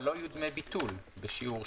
אבל לא יהיו דמי ביטול בשיעור שייקבע.